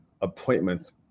appointments